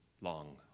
long